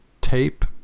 tape